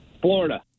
Florida